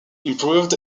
improved